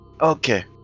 okay